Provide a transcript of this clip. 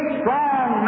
strong